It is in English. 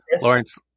Lawrence